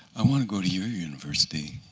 i want to go to your university.